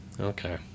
Okay